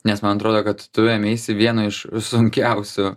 nes man atrodo kad tu ėmeisi vieno iš sunkiausių